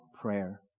Prayer